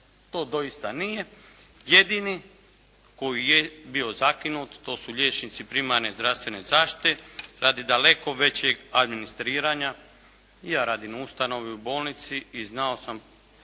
To doista nije. Jedini koji je bio zakinut to su liječnici primarne zdravstvene zaštite radi daleko većeg administriranja. I ja radim u ustanovi, u bolnici i znao sam